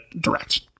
direct